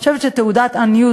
אני חושבת שזו תעודת עניות,